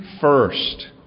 first